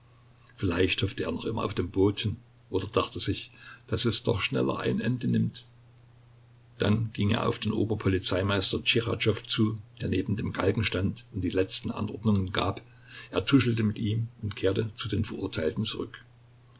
vielleicht hoffte er noch immer auf den boten oder dachte sich daß es doch schneller ein ende nimmt dann ging er auf den ober polizeimeister tschichatschow zu der neben dem galgen stand und die letzten anordnungen gab er tuschelte mit ihm und kehrte zu den verurteilten zurück